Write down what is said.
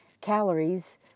calories